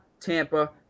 Tampa